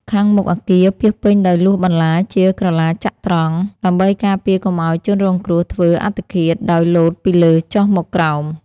ខាងមុខអគារពាសពេញដោយលួសបន្លាជាក្រឡាចក្រត្រង្គ ដេីម្បីការពារកុំអោយជនរងគ្រោះធ្វើអត្តឃាតដោយលោតពីលើចុះមកក្រោម។